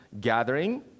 gathering